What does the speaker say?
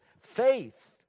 faith